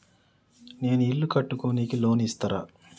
నేను ఇల్లు కట్టుకోనికి లోన్ ఇస్తరా?